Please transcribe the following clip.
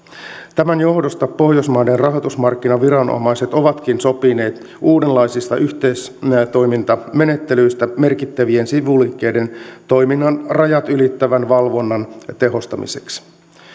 tämän johdosta pohjoismaiden rahoitusmarkkinaviranomaiset ovatkin sopineet uudenlaisista yhteistoimintamenettelyistä merkittävien sivuliikkeiden toiminnan rajat ylittävän valvonnan tehostamiseksi